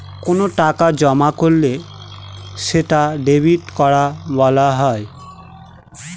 কোনো টাকা জমা করলে সেটা ডেবিট করা বলা হয়